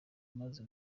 maze